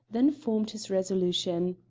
then formed his resolution.